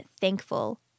thankful